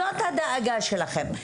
זאת הדאגה שלכם.